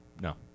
No